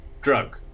drug